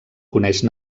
coneix